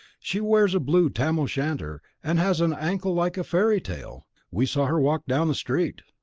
she wears a blue tam-o' shanter and has an ankle like a fairy tale. we saw her walk down the street.